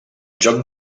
joc